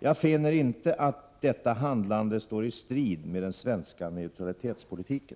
Jag finner inte att detta handlande står i strid med den svenska neutralitetspolitiken.